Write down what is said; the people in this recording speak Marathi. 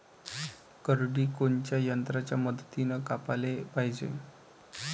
करडी कोनच्या यंत्राच्या मदतीनं कापाले पायजे?